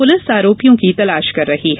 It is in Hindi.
पुलिस आरोपियों की तलाश कर रही है